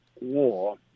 War